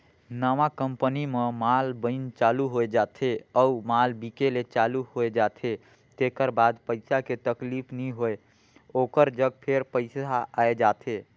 नवा कंपनी म माल बइन चालू हो जाथे अउ माल बिके ले चालू होए जाथे तेकर बाद पइसा के तकलीफ नी होय ओकर जग फेर पइसा आए जाथे